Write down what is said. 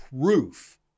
proof